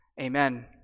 Amen